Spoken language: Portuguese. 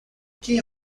quem